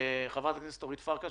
חברת הכנסת אורית פרקש הכהן,